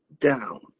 down